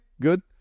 good